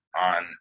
on